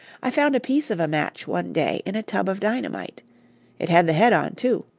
i found a piece of a match one day in a tub of dynamite it had the head on, too.